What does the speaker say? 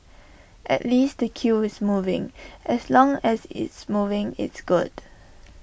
at least the queue is moving as long as it's moving it's good